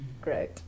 great